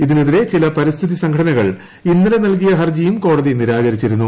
ഇതിനെതിരെ ചില പരിസ്ഥിതി സംഘടനകൾ ഇന്നലെ നൽകിയ ഹർജിയും കോടതി നിരാകരിച്ചിരുന്നു